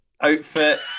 outfit